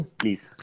please